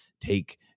take